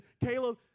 Caleb